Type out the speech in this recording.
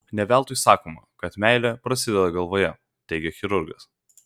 ne veltui sakoma kad meilė prasideda galvoje teigia chirurgas